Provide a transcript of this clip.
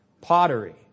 Pottery